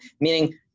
meaning